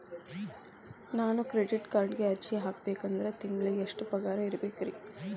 ನಾನು ಕ್ರೆಡಿಟ್ ಕಾರ್ಡ್ಗೆ ಅರ್ಜಿ ಹಾಕ್ಬೇಕಂದ್ರ ತಿಂಗಳಿಗೆ ಎಷ್ಟ ಪಗಾರ್ ಇರ್ಬೆಕ್ರಿ?